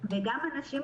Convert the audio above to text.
ויש גם אנשים